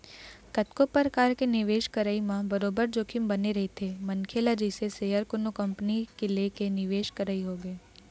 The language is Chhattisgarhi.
कतको परकार के निवेश करई म बरोबर जोखिम बने रहिथे मनखे ल जइसे सेयर कोनो कंपनी के लेके निवेश करई होगे